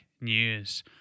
news